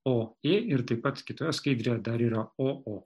o ė ir taip pat kitoje skaidrėje dar yra o o